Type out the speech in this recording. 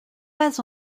pas